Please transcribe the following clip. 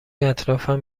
اطرافم